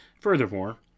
Furthermore